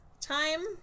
time